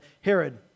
Herod